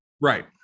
right